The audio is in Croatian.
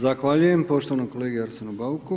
Zahvaljujem poštovanom kolegi Arsenu Bauku.